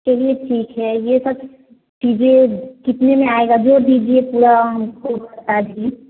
चलिए ठीक है यह सब चीज़ें कितने में आएगा जोड़ दीजिए पूरा हमको बता दिजी